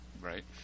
right